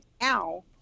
Now